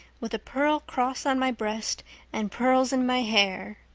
with a pearl cross on my breast and pearls in my hair.